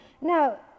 Now